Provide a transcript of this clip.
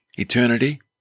Eternity